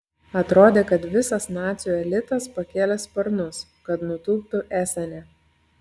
atrodė kad visas nacių elitas pakėlė sparnus kad nutūptų esene